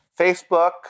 Facebook